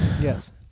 Yes